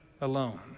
alone